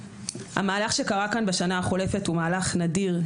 המהלך שקרה כאן בשנה החולפת הוא מהלך נדיר,